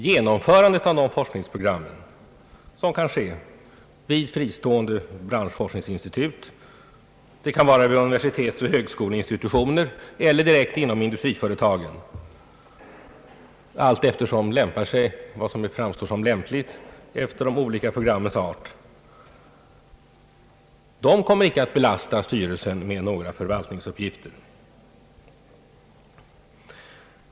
Genomförandet av de forskningsprogram som kan upptas vid fristående branschforskningsinstitut, vid universitetsoch högskoleinstitutioner eller direkt inom industriföretagen — allt efter lämplighet — kommer icke att belasta styrelsen med några förvaltningsuppgifter.